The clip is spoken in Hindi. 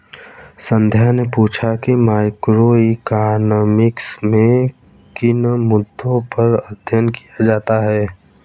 संध्या ने पूछा कि मैक्रोइकॉनॉमिक्स में किन मुद्दों पर अध्ययन किया जाता है